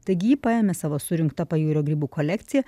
taigi ji paėmė savo surinktą pajūrio grybų kolekciją